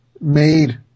made